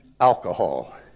alcohol